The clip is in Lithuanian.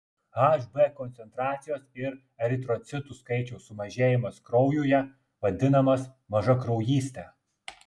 hb koncentracijos ir eritrocitų skaičiaus sumažėjimas kraujuje vadinamas mažakraujyste